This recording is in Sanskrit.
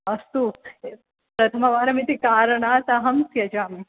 अस्तु प्रथमवारमिति कारणात् अहं त्यजामि